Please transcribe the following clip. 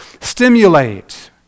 stimulate